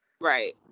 right